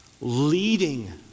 Leading